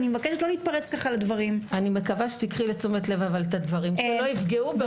אני מקווה שתיקחי לתשומת לב את הדברים ושלא יפגעו בעובדי הוראה.